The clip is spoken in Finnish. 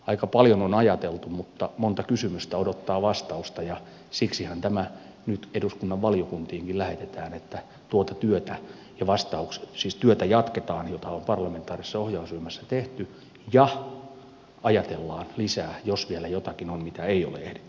aika paljon on ajateltu mutta monta kysymystä odottaa vastausta ja siksihän tämä nyt eduskunnan valiokuntiinkin lähetetään että tuota työtä jatketaan jota on parlamentaarisessa ohjausryhmässä tehty ja ajatellaan lisää jos vielä jotakin on mitä ei ole ehditty ajatella